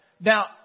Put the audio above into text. Now